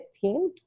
team